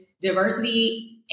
diversity